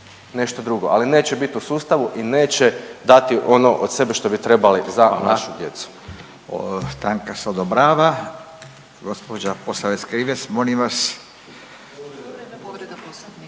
nešto drugo, ali neće biti u sustavu i neće dati ono od sebe što bi trebali za …/Upadica: